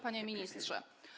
Panie Ministrze!